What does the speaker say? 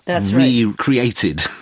recreated